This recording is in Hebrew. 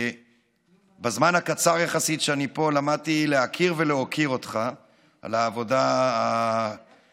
בזמן הקצר יחסית שאני פה למדתי להכיר ולהוקיר אותך על העבודה הרצינית,